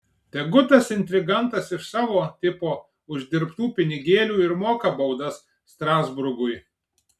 tegu tas intrigantas iš savo tipo uždirbtų pinigėlių ir moka baudas strasburgui